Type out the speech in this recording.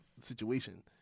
situation